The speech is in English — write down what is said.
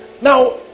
now